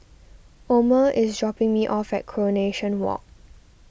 Omer is dropping me off at Coronation Walk